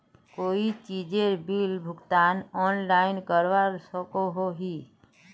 कोई भी चीजेर बिल भुगतान ऑनलाइन करवा सकोहो ही?